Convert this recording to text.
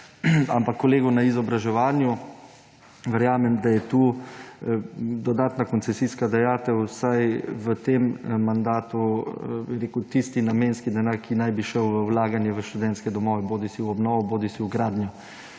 ampak kolega je na izobraževanju. Verjamem, da je dodatna koncesijska dajatev vsaj v tem mandatu tisti namenski denar, ki naj bi šel v vlaganje v študentske domove, bodisi v obnovo bodisi v gradnjo.